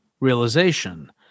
realization